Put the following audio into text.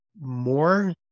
more